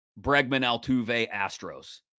Bregman-Altuve-Astros